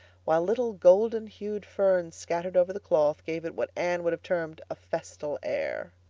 while little golden-hued ferns scattered over the cloth gave it what anne would have termed a festal air.